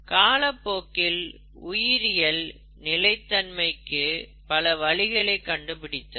காலப்போக்கில் உயிரியல் நிலைத்தன்மைக்கு பல வழிகளை கண்டுபிடித்தது